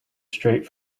straight